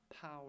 power